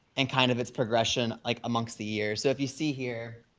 and kind of its progression, like amongst the year. so if you see here,